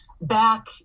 back